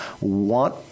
want